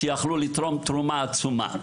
שיכלו לתרום תרומה עצומה".